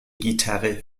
gitarre